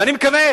ואני מקווה